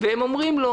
והם אומרים לו